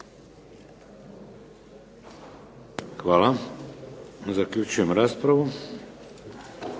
Hvala. Zaključujem raspravu.